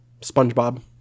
Spongebob